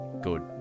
good